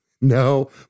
No